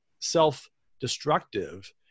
self-destructive